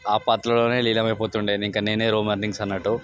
ఆ పాత్రలోనే లీనమైపోతుండె ఇక నేనే రోమన్ రీన్స్ అన్నట్టు